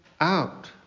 out